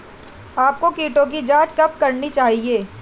आपको कीटों की जांच कब करनी चाहिए?